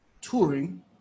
touring